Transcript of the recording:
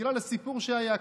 בגלל הסיפור שהיה,